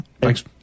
Thanks